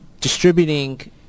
distributing